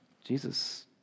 Jesus